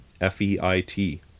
F-E-I-T